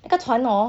那个船 hor